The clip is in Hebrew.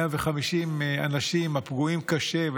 150 אנשים הפגועים קשה,